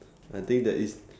I think that is